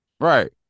Right